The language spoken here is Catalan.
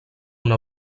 una